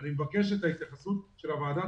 אני מבקש את ההתייחסות של הוועדה.